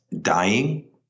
dying